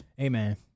Amen